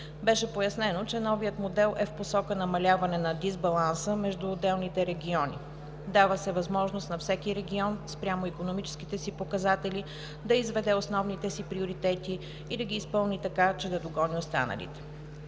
Беше пояснено, че новият модел е в посока намаляване на дисбаланса между отделните региони. Дава се възможност на всеки регион спрямо икономическите си показатели да изведе основните си приоритети и да ги изпълни така, че да догони останалите,